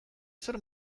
zer